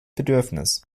bedürfnis